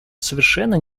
совершенно